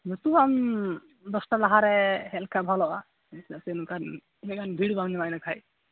ᱧᱩᱛᱩᱢ ᱟᱢ ᱫᱚᱥᱴᱟ ᱞᱟᱦᱟ ᱨᱮ ᱦᱮᱡᱞᱮᱱᱠᱷᱟᱱ ᱚᱞᱚᱜᱼᱟ ᱪᱮᱫᱟᱜ ᱥᱮ ᱚᱱᱠᱟᱱ ᱤᱱᱟᱹᱜ ᱜᱟᱱ ᱵᱷᱤᱲ ᱵᱟᱝ ᱧᱟᱢᱚᱜᱼᱟ ᱤᱱᱟᱹᱠᱷᱟᱱ